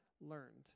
learned